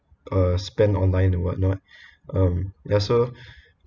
uh spend online whatnot um ya so